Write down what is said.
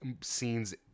scenes